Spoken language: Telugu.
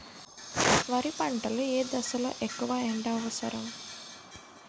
వరి పంట లో ఏ దశ లొ ఎక్కువ ఎండా అవసరం?